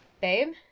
babe